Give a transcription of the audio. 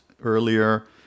earlier